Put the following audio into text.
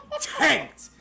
tanked